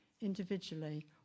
individually